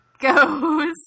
goes